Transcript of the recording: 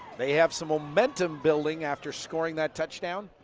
they have some momentum building after scoring that touchdown.